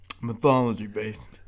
mythology-based